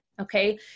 okay